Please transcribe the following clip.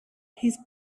his